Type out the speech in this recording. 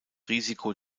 risiko